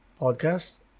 podcast